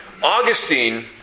Augustine